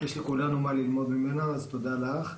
יש לכולנו מה ללמוד ממנה אז תודה רבה לך.